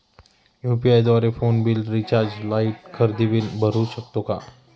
UPI द्वारे phone bill, recharge, light, खरेदी bill भरू शकतो का?